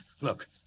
Look